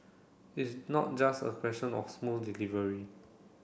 it's not just a question of smooth delivery